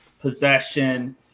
possession